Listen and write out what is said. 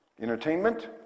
Entertainment